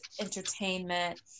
entertainment